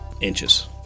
inches